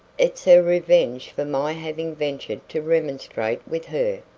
it's her revenge for my having ventured to remonstrate with her.